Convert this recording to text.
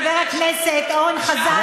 חבר הכנסת אורן חזן,